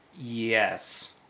Yes